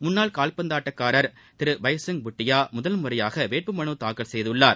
முன்னாள் கால்பந்தாட்டக்காரர் திரு பைசுங் புட்டியா முதல் முறையாக வேட்புமனு தாக்கல் செய்துள்ளார்